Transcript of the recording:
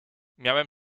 miałem